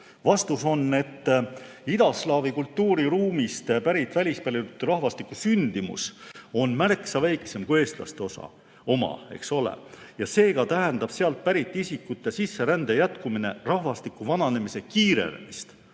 Vastus on, et idaslaavi kultuuriruumist pärit rahvastiku sündimus on märksa väiksem kui eestlaste oma. Seega tähendab sealt pärit isikute sisserände jätkumine rahvastiku vananemise kiirenemist.